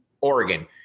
Oregon